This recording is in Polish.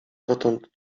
dotąd